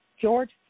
George